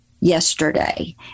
yesterday